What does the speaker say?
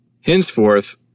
Henceforth